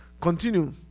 Continue